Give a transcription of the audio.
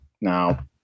now